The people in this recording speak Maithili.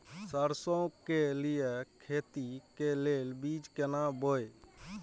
सरसों के लिए खेती के लेल बीज केना बोई?